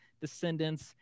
descendants